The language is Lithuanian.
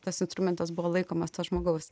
tas instrumentas buvo laikomas to žmogaus